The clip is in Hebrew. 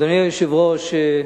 אדוני היושב-ראש,